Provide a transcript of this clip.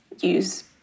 use